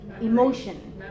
emotion